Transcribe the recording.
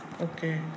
Okay